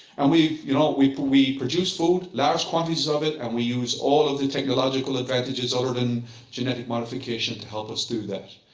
and we you know we produce food, large quantities of it, and we use all of the technological advantages older than genetic modification to help us do that.